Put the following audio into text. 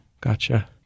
Gotcha